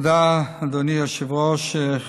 תודה, אדוני היושב-ראש.